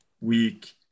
week